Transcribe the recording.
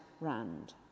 Rand